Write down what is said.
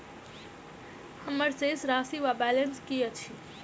हम्मर शेष राशि वा बैलेंस की अछि?